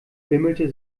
bimmelte